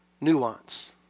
nuance